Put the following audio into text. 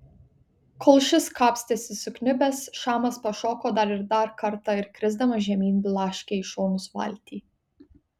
kol šis kapstėsi sukniubęs šamas pašoko dar ir dar kartą ir krisdamas žemyn blaškė į šonus valtį